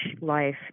life